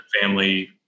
family